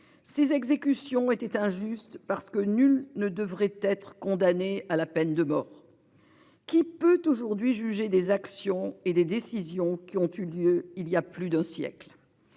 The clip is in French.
Ces exécutions était injuste parce que nul ne devrait être condamné à la peine de mort. Qui peut aujourd'hui juger des actions et des décisions qui ont eu lieu il y a plus d'un siècle.